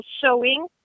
showing